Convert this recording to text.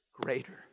greater